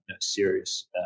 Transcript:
serious